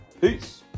peace